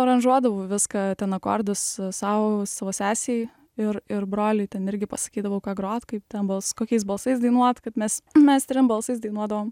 aranžuodavau viską ten akordus sau savo sesei ir ir broliui ten irgi pasakydavau ką grot kaip ten bals kokiais balsais dainuot kad mes mes trim balsais dainuodavom